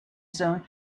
zone